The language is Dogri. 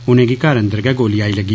उनेंगी घर अंदर गै गोली आई लग्गी